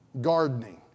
Gardening